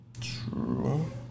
True